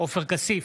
עופר כסיף,